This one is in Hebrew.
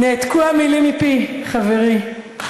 נעתקו המילים מפי, חברי.